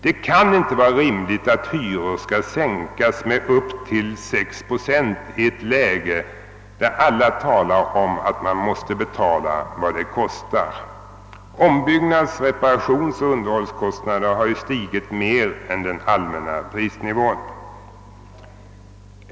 Det kan inte vara rimligt att hyror skall sänkas med upp till sex procent i ett läge, då alla talar om att man måste betala vad det kostar. Ombyggnads-, reparationsoch underhållskostnader har ju stigit mer än den allmänna prisnivån.